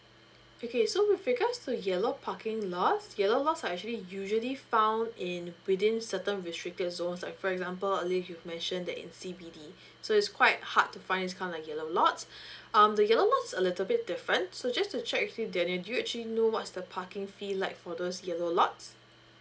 okay so with regards to yellow parking lots yellow lots are actually usually found in within certain restricted zones like for example early you mentioned that in C_B_D so it's quite hard to find this kind of like yellow lot um the yellow lots' a little bit different so just to check with you danial do you actually know what's the parking fee like for those yellow lots